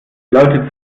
leute